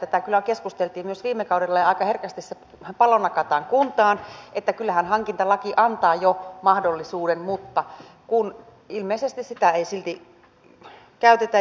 tästä kyllä keskusteltiin myös viime kaudella ja aika herkästi se pallo nakataan kuntaan että kyllähän hankintalaki antaa jo mahdollisuuden mutta kun ilmeisesti sitä ei silti käytetä